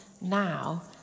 now